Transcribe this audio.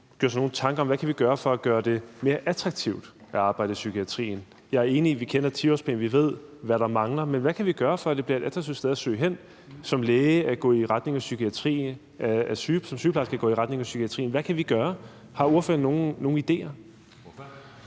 gjort sig nogle tanker om, hvad vi kan gøre for at gøre det mere attraktivt at arbejde i psykiatrien. Jeg er enig i, at vi kender 10-årsplanen, og at vi ved, hvad der mangler, men hvad kan vi gøre, for at det bliver mere attraktivt som læge eller sygeplejerske at søge til psykiatrien? Hvad kan vi gøre? Har ordføreren nogle idéer?